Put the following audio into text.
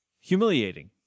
humiliating